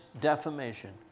defamation